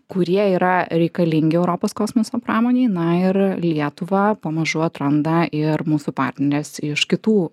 kurie yra reikalingi europos kosmoso pramonei na ir lietuvą pamažu atranda ir mūsų partnerės iš kitų